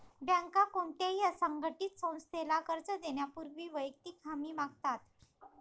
बँका कोणत्याही असंघटित संस्थेला कर्ज देण्यापूर्वी वैयक्तिक हमी मागतात